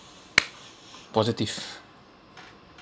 positive